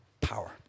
power